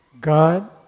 God